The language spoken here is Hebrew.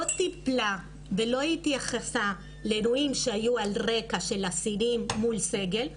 טיפלה ולא התייחסה לאירועים שהיו על ידי אסירים מול סגל,